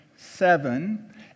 Seven